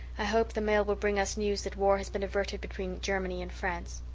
i hope the mail will bring us news that war has been averted between germany and france.